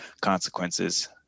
consequences